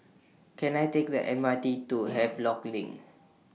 Can I Take The M R T to Havelock LINK